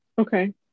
okay